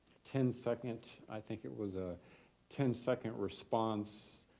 ten second i think it was a ten second response,